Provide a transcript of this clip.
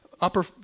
upper